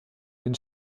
den